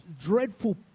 dreadful